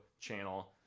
channel